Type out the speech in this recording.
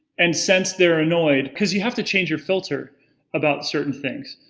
and sense they're annoyed. cause you have to change your filter about certain things.